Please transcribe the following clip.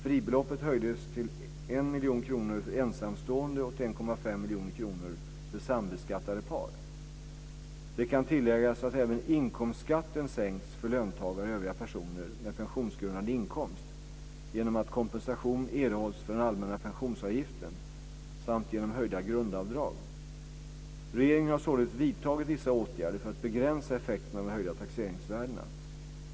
Fribeloppet höjdes till 1 miljon kronor för ensamstående och till 1,5 miljoner kronor för sambeskattade par. Det kan tilläggas att även inkomstskatten sänkts för löntagare och övriga personer med pensionsgrundande inkomst genom att kompensation erhålls för den allmänna pensionsavgiften samt genom höjda grundavdrag. Regeringen har således redan vidtagit vissa åtgärder för att begränsa effekterna av de höjda taxeringsvärdena.